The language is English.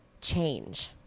change